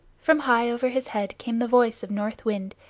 from high over his head came the voice of north wind,